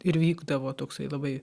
ir vykdavo toksai labai